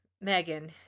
Megan